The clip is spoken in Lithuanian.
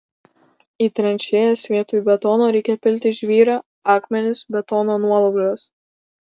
į tranšėjas vietoj betono reikia pilti žvyrą akmenis betono nuolaužas